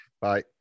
Bye